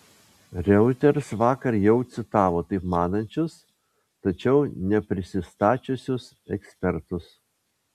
reuters vakar jau citavo taip manančius tačiau neprisistačiusius ekspertus